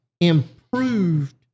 improved